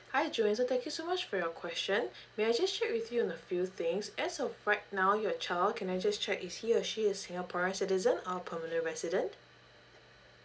hi johanssan thank you so much for your question may I just check with you in a few things as of right now your child can I just check is he or she is singaporeans citizen or permanent resident